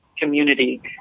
community